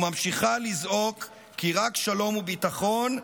וממשיכה לזעוק כי רק שלום הוא ביטחון,